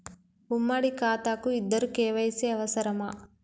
ఉమ్మడి ఖాతా కు ఇద్దరు కే.వై.సీ అవసరమా?